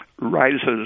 rises